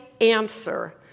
answer